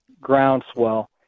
groundswell